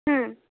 হুম